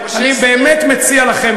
אני באמת מציע לכם,